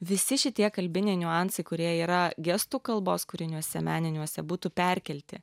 visi šitie kalbiniai niuansai kurie yra gestų kalbos kūriniuose meniniuose būtų perkelti